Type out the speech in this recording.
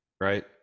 right